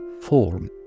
form